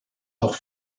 auch